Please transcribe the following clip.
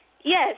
Yes